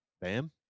Bam